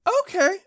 Okay